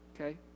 okay